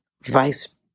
vice